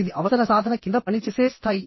ఇది అవసర సాధన కింద పనిచేసే స్థాయి